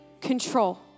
control